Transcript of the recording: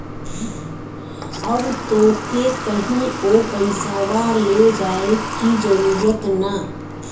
अब तोके कहींओ पइसवा ले जाए की जरूरत ना